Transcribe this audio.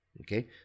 Okay